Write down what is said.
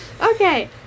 Okay